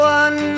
one